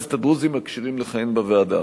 הכנסת הדרוזים הכשירים לכהן בוועדה.